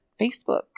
Facebook